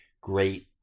great